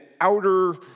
outer